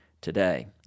today